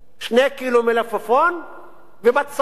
2 קילו מלפפון ובצל,